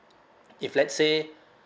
if let's say